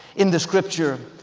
in the scripture,